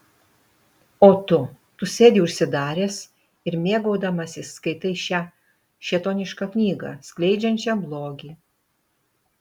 o tu tu sėdi užsidaręs ir mėgaudamasis skaitai šią šėtonišką knygą skleidžiančią blogį